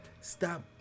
stop